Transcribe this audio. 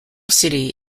city